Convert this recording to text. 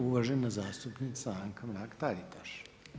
Uvažena zastupnica Anka Mrak-Taritaš.